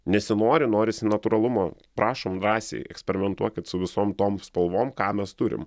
nesinori norisi natūralumo prašom drąsiai eksperimentuokit su visom tom spalvom ką mes turim